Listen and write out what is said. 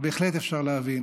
בהחלט אפשר להבין